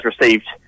received